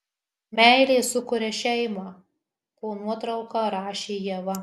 meilė sukuria šeimą po nuotrauka rašė ieva